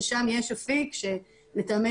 ששם יש אפיק שלטעמנו